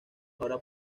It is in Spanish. ahora